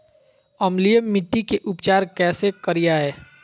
अम्लीय मिट्टी के उपचार कैसे करियाय?